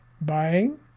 buying